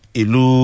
ilu